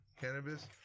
cannabis